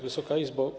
Wysoka Izbo!